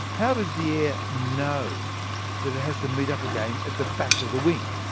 how does the air know that it has to meet up again at the back of the wing?